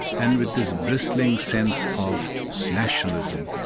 and with this bristling sense of nationalism.